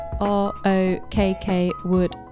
R-O-K-K-Wood